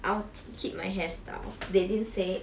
I'll keep my hairstyle they didn't say